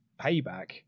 payback